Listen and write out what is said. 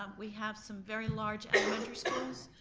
um we have some very large elementary schools.